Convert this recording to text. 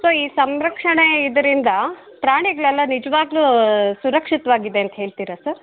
so ಈ ಸಂರಕ್ಷಣೆ ಇದರಿಂದ ಪ್ರಾಣಿಗಳೆಲ್ಲ ನಿಜ್ವಾಗ್ಯೂ ಸುರಕ್ಷಿತವಾಗಿ ಇದೆ ಅಂತ ಹೇಳ್ತೀರಾ ಸರ್